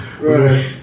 right